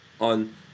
on